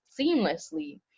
seamlessly